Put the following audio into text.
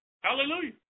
Hallelujah